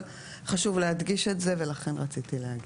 חשוב להדגיש את זה ולכן רציתי להגיד.